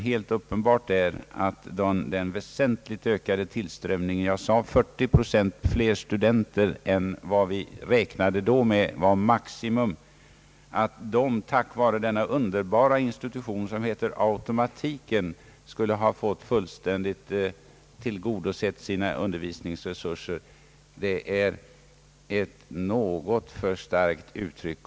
Helt uppenbart är att den väsentligt ökade tillströmningen av studenter — jag sade 40 procent fler studenter än vad vi då räknade med — tack vare den underbara institution som heter automatiken fullständigt skulle ha fått sina undervisningsresurser = tillgodosedda är ett något för starkt uttryck.